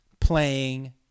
playing